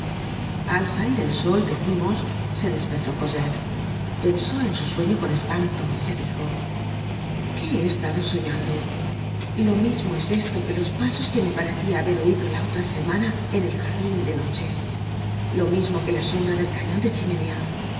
al salir el sol decimos se despertó cosette pensó en su sueño con espanto y se dijo qué he estado soñando lo mismo es esto que los pasos que me parecia haber oido la otra semana en el jardin de noche lo mismo que la sombra del cañon de chimenea